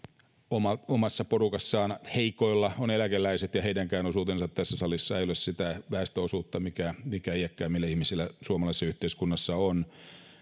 omassa porukassaan heikoilla on eläkeläiset ja heidänkään osuutensa tässä salissa ei ole sitä väestöosuutta mikä mikä iäkkäämmillä ihmisillä suomalaisessa yhteiskunnassa on